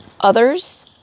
Others